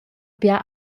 biars